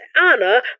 Anna